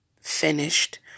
finished